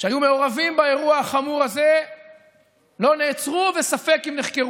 שהיו מעורבים באירוע החמור הזה לא נעצרו וספק אם נחקרו.